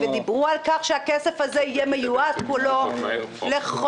דיברו על כך שהכסף הזה יהיה מיועד כולו לחוק